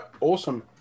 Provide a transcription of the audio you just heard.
awesome